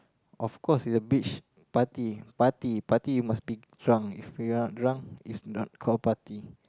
of course it's a beach party party party you must be drunk if you're not drunk is not called party